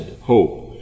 hope